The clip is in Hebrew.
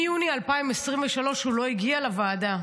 מיוני 2023 הוא לא הגיע לוועדה,